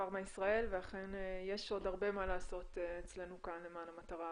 אכן יש עוד הרבה מה לעשות אצלנו כאן למען המטרה